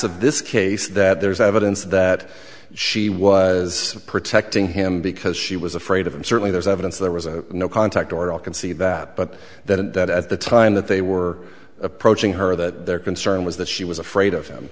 of this case that there's evidence that she was protecting him because she was afraid of him certainly there's evidence there was a no contact order i'll concede that but that at the time that they were approaching her that their concern was that she was afraid of him